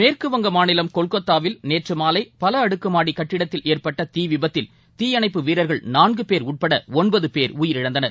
மேற்குவங்க மாநிலம் கொல்கத்தாவில் நேற்று மாலை பல அடுக்கு மாடி கட்டிடத்தில் ஏற்பட்ட தீ விபத்தில் தீயணைப்பு வீரர்கள் நான்குபேர் உட்பட ஒன்பது பேர் உயிரிழந்தனர்